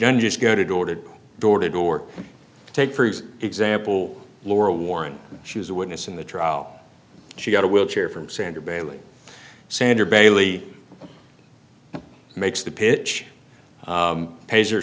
doesn't just go to door to door to door take for example laura warren she was a witness in the trial she got a wheelchair from sandra bailey sander bailey makes the pitch pays or